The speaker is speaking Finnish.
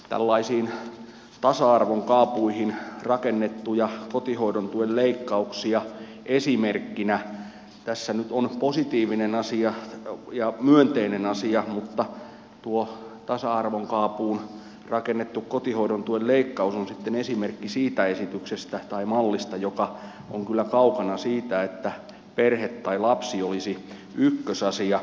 tällaisiin paaso arveli laukkuihin rakennettuja kotihoidon tuen leikkauksia lisätään tässä nyt on positiivinen asia ja myönteinen asia mutta tuo tasa arvon kaapuun rakennettu kotihoidon tuen leikkaus on sitten esimerkki esityksestä tai mallista joka on kyllä kaukana siitä että perhe tai lapsi olisi ykkösasia